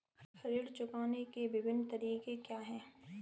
ऋण चुकाने के विभिन्न तरीके क्या हैं?